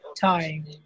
time